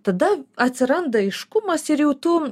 tada atsiranda aiškumas ir jau tu